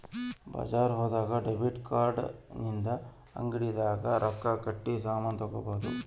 ಬಜಾರ್ ಹೋದಾಗ debit card ಇಂದ ಅಂಗಡಿ ದಾಗ ರೊಕ್ಕ ಕಟ್ಟಿ ಸಾಮನ್ ತಗೊಬೊದು